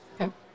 Okay